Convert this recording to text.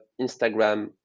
Instagram